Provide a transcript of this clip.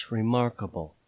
remarkable